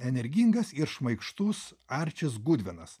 energingas ir šmaikštus arčis gudvinas